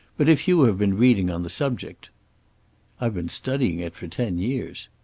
but if you have been reading on the subject i've been studying it for ten years.